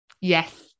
Yes